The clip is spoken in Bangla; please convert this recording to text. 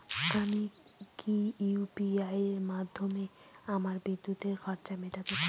আমি কি ইউ.পি.আই মাধ্যমে আমার বিদ্যুতের খরচা মেটাতে পারব?